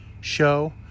show